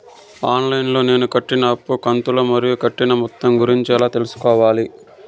On line లో నేను కట్టిన అప్పు కంతులు మరియు కట్టిన మొత్తం గురించి ఎలా తెలుసుకోవాలి?